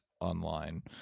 online